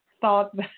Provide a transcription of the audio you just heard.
thought